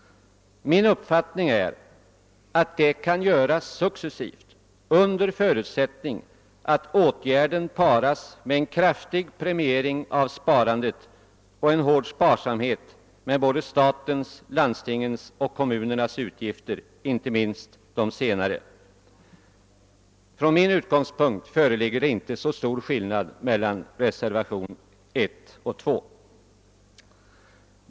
Min uppfattning är att detta kan göras successivt, om åtgärderna paras med en kraftig premiering av sparandet och en hård sparsamhet med både statens, landstingens och kommunernas utgifter — inte minst de senares. Från min utgångspunkt föreligger det inte så stor skillnad mellan reservationerna 1 och 2.